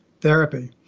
therapy